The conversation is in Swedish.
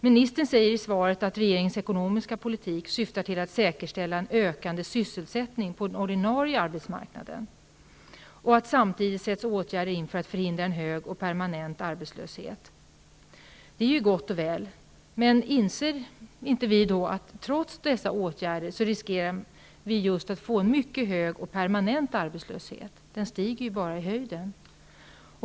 Ministern säger i svaret att regeringens ekonomiska politik syftar till att säkerställa en ökande sysselsättning på den ordinarie arbetsmarknaden och att åtgärder samtidigt sätts in för att förhindra en hög och permanent arbetslöshet. Det är gott och väl. Men inser man då inte att vi trots dessa åtgärder riskerar att få en mycket hög och permanent arbetslöshet? Den stiger ju bara!